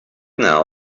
now